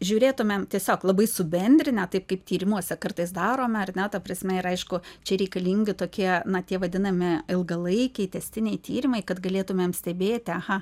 žiūrėtumėm tiesiog labai subendrinę taip kaip tyrimuose kartais darome ar ne ta prasme ir aišku čia reikalingi tokie na tie vadinami ilgalaikiai tęstiniai tyrimai kad galėtumėm stebėti aha